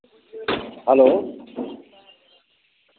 hello